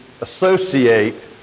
associate